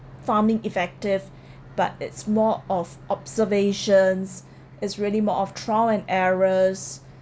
farming effective but it's more of observations it's really more of trial and errors